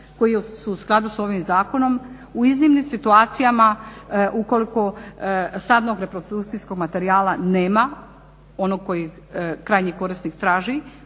koji su u skladu s ovim zakonom u iznimnim situacijama ukoliko sadnog reprodukcijskog materijala nema, onog kojeg krajnji korisnik traži,